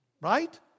right